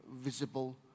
visible